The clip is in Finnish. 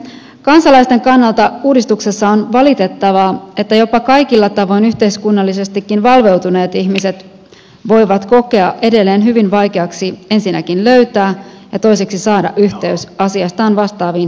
kansalaisten kannalta uudistuksessa on valitettavaa että jopa kaikilla tavoin yhteiskunnallisestikin valveutuneet ihmiset voivat kokea edelleen hyvin vaikeaksi ensinnäkin löytää ja toiseksi saada yhteys asiastaan vastaaviin viranomaisiin